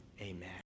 Amen